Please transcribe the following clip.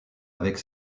avec